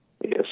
Yes